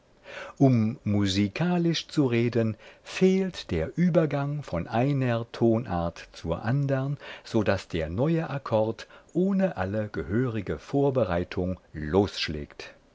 um musikalisch zu reden fehlt der übergang von einer tonart zur andern so daß der neue akkord ohne alle gehörige vorbereitung losschlägt